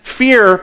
fear